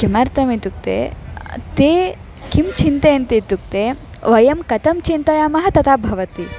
किमर्थम् इत्युक्ते ते किं चिन्तयन्ति इत्युक्ते वयं कथं चिन्तयामः तथा भवति